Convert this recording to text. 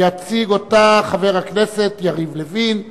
שיציג אותה חבר הכנסת יריב לוין.